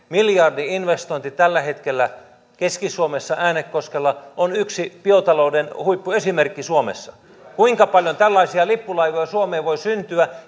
miljardi investointi tällä hetkellä keski suomessa äänekoskella on yksi biotalouden huippuesimerkki suomessa kuinka paljon tällaisia lippulaivoja suomeen voi syntyä